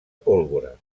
pólvora